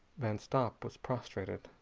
van stopp was prostrated.